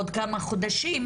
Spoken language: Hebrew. עוד כמה חודשים,